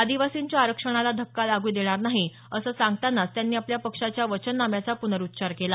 आदिवासींच्या आरक्षणाला धक्का लागू देणार नाही असं सांगतानाच त्यांनी आपल्या पक्षाच्या वचननाम्याचा प्नरुच्चार केला